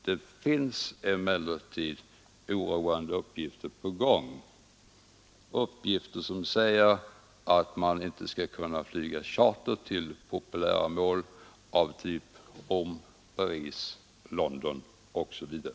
Det finns emellertid oroande uppgifter, som säger att man inte skall kunna flyga charter till populära mål såsom Rom, Paris, London osv.